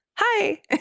Hi